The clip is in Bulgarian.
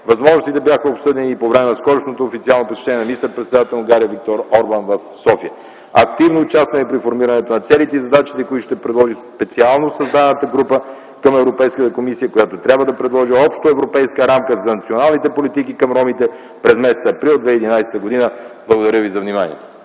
Възможностите бяха обсъдени и по време на скорошното официално посещение на министър-председателя на Унгария Виктор Орбан в София. Активно участваме при формирането на целите и задачите, които ще предложи специално създадената група към Европейската комисия, която трябва да предложи общоевропейска рамка за националните политики към ромите през м. април 2011 г. Благодаря ви за вниманието.